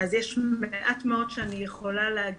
אז יש מעט מאוד שאני יכולה להגיד בשלב הזה.